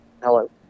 Hello